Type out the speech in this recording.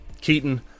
Keaton